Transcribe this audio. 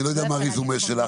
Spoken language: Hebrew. אני לא יודע מה הרזומה שלך,